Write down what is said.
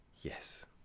Yes